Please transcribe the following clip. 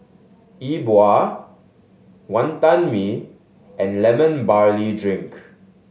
E Bua Wantan Mee and Lemon Barley Drink